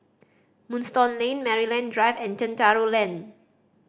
Moonstone Lane Maryland Drive and Chencharu Lane